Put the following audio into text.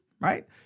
right